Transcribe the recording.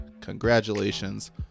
Congratulations